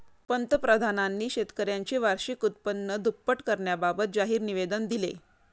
पंतप्रधानांनी शेतकऱ्यांचे वार्षिक उत्पन्न दुप्पट करण्याबाबत जाहीर निवेदन दिले